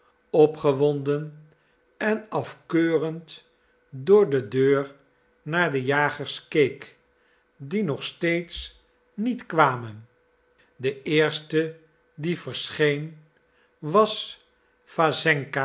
opgewonden en afkeurend door de deur naar de jagers keek die nog steeds niet kwamen de eerste die verscheen was